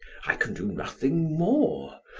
i can do nothing more.